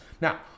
Now